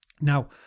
Now